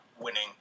winning